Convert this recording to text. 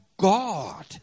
God